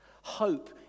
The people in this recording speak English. hope